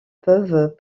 peuvent